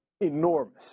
enormous